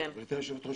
גברתי היושבת ראש,